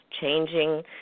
changing